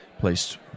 placed